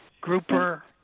Grouper